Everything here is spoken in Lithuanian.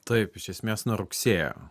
taip iš esmės nuo rugsėjo